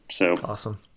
awesome